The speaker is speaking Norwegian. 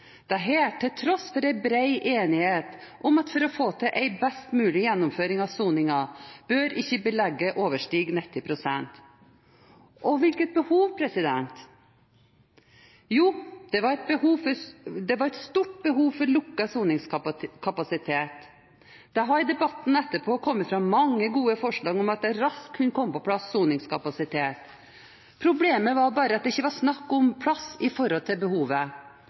til tross for at det er bred enighet om at for å få til en best mulig gjennomføring av soningen bør ikke belegget overstige 90 pst. Og hvilket behov var det? Jo, det var et stort behov for lukket soningskapasitet. Det har i debatten etterpå kommet frem mange gode forslag om at det raskt kunne komme på plass soningskapasitet. Problemet var bare at det ikke var snakk om plass i forhold til behovet.